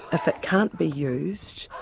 if it can't be used,